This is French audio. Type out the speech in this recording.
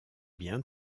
bien